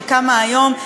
שקמה היום,